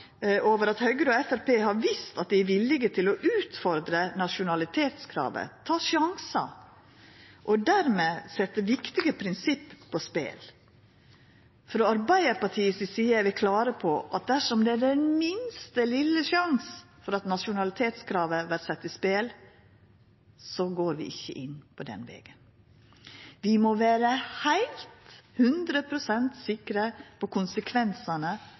over at Høgre og Framstegspartiet har vist at dei er villige til å utfordra nasjonalitetskravet, ta sjansar, og dermed setja viktige prinsipp på spel. Frå Arbeidarpartiet si side er vi klare på at dersom det er den minste sjanse for at nasjonalitetskravet vert sett i spel, så går vi ikkje inn på den vegen. Vi må vera heilt, hundre prosent, sikre på konsekvensane